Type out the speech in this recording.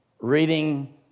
reading